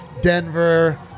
Denver